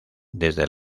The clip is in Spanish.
desde